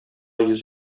йөз